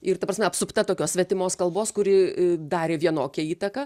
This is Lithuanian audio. ir ta prasme apsupta tokios svetimos kalbos kuri darė vienokią įtaką